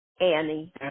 Annie